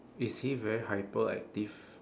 is he very hyperactive